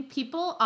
people